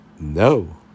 no